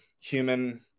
human